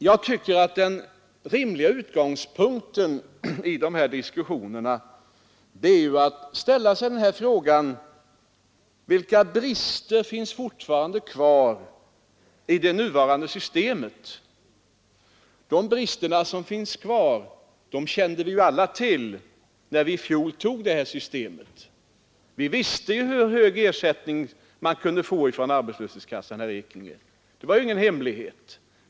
Jag tycker att den rimliga utgångspunkten i dessa diskussioner är att ställa sig frågan: Vilka brister finns fortfarande kvar i det nuvarande systemet? De brister som finns kände vi alla till när vi i fjol fattade beslut om det här systemet. Vi visste hur stor ersättning man kunde få från arbetslöshetskassan, herr Ekinge. Det var ingen hemlighet.